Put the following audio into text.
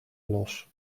los